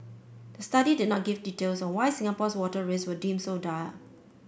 the study did not give details on why Singapore's water risks were deemed so dire